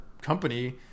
company